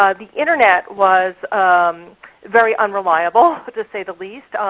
ah the internet was very unreliable to say the least.